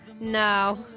No